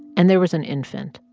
and there was an infant,